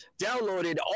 downloaded